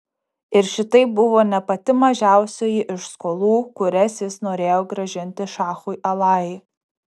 ir šitai buvo ne pati mažiausioji iš skolų kurias jis norėjo grąžinti šachui alai